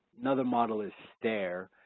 another model is stair,